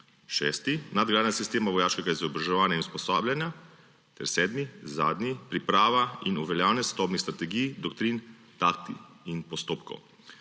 Šesti, nadgradnja sistema vojaškega izobraževanja in usposabljanja. Sedmi, zadnji, priprava in uveljavljanje sodobnih strategij, doktrin, taktik in postopkov.